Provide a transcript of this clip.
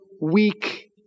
weak